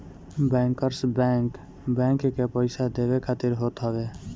bankers bank, bank के पईसा देवे खातिर होत हवे